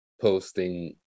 posting